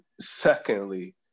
Secondly